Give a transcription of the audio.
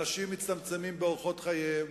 אנשים מצטמצמים באורחות חייהם,